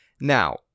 now